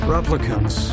Replicants